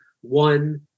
one